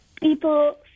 people